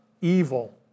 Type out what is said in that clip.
evil